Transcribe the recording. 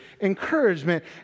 encouragement